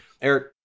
Eric